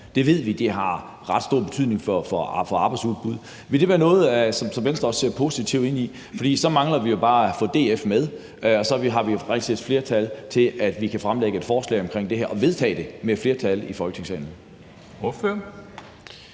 Det ved vi har ret stor betydning for arbejdsudbuddet. Vil det være noget, som Venstre også ser positivt ind i? For så mangler vi bare at få DF med, og så har vi jo faktisk et flertal, så vi kan fremlægge et forslag omkring det her og vedtage det med et flertal i Folketingssalen.